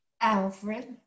Alfred